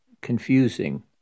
confusing